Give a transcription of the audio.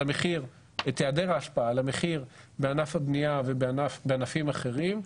את העדר ההשפעה על המחיר בענף הבנייה ובענפים אחרים.